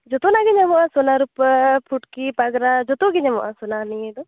ᱡᱚᱛᱚᱱᱟᱜ ᱜᱮ ᱧᱟᱢᱚᱜᱼᱟ ᱥᱚᱱᱟ ᱨᱩᱯᱟᱹ ᱯᱷᱩᱴᱠᱤ ᱯᱟᱜᱨᱟ ᱡᱚᱛᱚ ᱜᱮ ᱧᱟᱢᱚᱜᱼᱟ ᱥᱚᱱᱟ ᱱᱤᱭᱮ ᱫᱚ